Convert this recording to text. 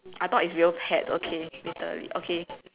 I thought is real pets okay literally okay